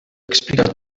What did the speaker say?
explica